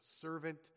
servant